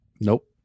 Nope